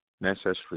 necessary